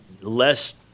less